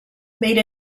made